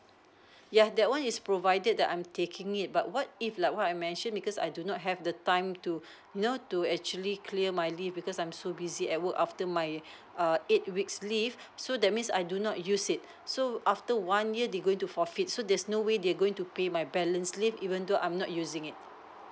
yeah that one is provided that I'm taking it but what if like what I mentioned because I do not have the time to you know to actually clear my leave because I'm so busy at work after my err eight weeks leave so that means I do not use it so after one year they going to forfeit so there's no way they're going to pay my balance leave even though I'm not using it